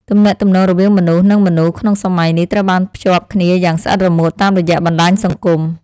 ទំនាក់ទំនងរវាងមនុស្ស និងមនុស្សក្នុងសម័យនេះត្រូវបានភ្ជាប់គ្នាយ៉ាងស្អិតរមួតតាមរយៈបណ្តាញសង្គម។